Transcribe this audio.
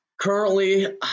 currently